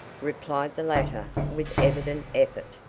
replied the latter with evident effort.